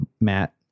Matt